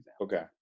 Okay